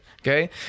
Okay